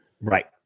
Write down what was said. right